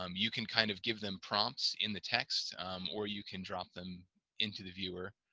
um you can kind of give them prompts in the text or you can drop them into the viewer